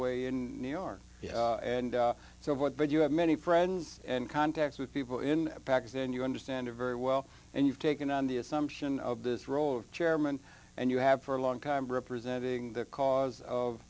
way in new york and so what did you have many friends and contacts with people in pakistan you understand very well and you've taken on the assumption of this role of chairman and you have for a long time representing the cause of